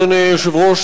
אדוני היושב-ראש,